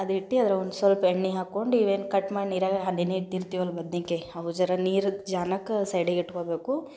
ಅದು ಇಟ್ಟು ಅದ್ರಾಗ ಒಂದು ಸ್ವಲ್ಪ ಎಣ್ಣೆ ಹಾಕ್ಕೊಂಡು ಇವೇನು ಕಟ್ ಮಾಡಿ ನೀರಾಗ ನೆನೆ ಇಟ್ಟಿರ್ತೀವಲ್ಲ ಬದ್ನಿಕಾಯಿ ಅವು ಜರ ನೀರು ಜಾನಕ್ಕೆ ಸೈಡಿಗಿಟ್ಟುಕೊಬೇಕು